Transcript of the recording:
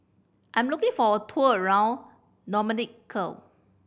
I am looking for a tour around Dominica